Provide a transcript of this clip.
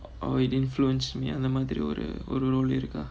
oh it influenced me அந்த மாதிரி ஒரு ஒரு:antha maadhiri oru oru role இருக்கா:irukkaa